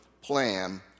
plan